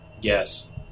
Yes